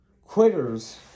Quitters